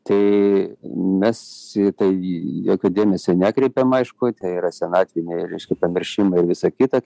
tai mes į tai jokio dėmesio nekreipėm aišku tai yra senatviniai reiškia pamiršimai ir visa kita